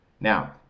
Now